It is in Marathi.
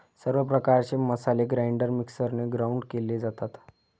सर्व प्रकारचे मसाले ग्राइंडर मिक्सरने ग्राउंड केले जातात